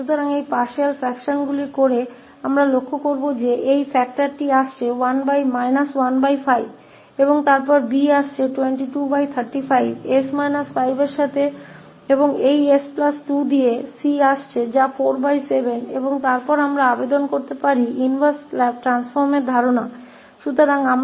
तो यह आंशिक अंशों ऐसा करके हम देखेंगे कि इस 𝐴 कारक के रूप में आ रहा है 15 और फिर 𝐵आ रहा है 2235 के साथ 𝑠 − 5 और इस 𝑠 2 𝐶 के साथ आ रहा है 47के रूप में और फिर हम कर सकते हैं इनवर्स परिवर्तन के विचार को लागू करें